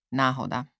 náhoda